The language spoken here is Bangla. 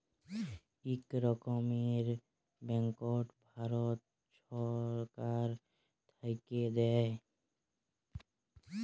ইক রকমের ব্যাংকট ভারত ছরকার থ্যাইকে দেয়